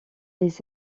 les